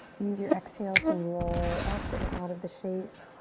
use your exhale to roll up and out of the shape.